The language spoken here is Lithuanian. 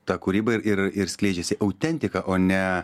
ta kūryba ir ir ir skleidžiasi autentika o ne